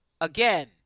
again